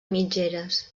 mitgeres